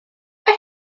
had